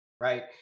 right